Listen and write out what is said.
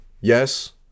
yes